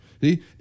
See